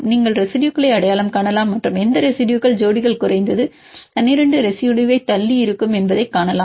நீங்கள் ரெசிடுயுகளை அடையாளம் காணலாம் மற்றும் எந்த ரெசிடுயுகள் ஜோடிகள் குறைந்தது 12 ரெசிடுயுத் தள்ளி இருக்கும் என்பதைக் காணலாம்